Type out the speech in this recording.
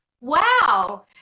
wow